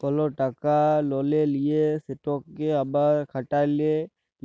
call টাকা ললে লিঁয়ে সেটকে আবার খাটালে